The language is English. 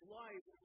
life